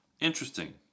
Interesting